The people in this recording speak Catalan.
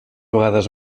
vegades